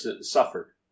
suffered